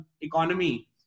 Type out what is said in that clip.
economy